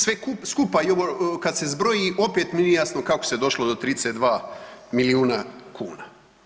Sve skupa ovo kad se zbroji opet mi nije jasno kako se došlo do 32 milijuna kuna.